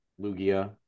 Lugia